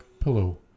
pillow